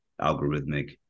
algorithmic